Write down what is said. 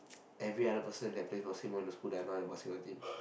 every other person that plays basketball in the school that are not in the basketball team